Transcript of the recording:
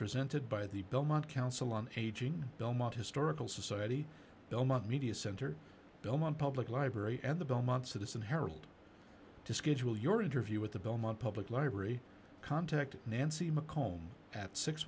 presented by the belmont council on aging belmont historical society belmont media center belmont public library and the belmont citizen harold to schedule your interview with the belmont public library contact nancy mcco